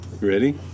Ready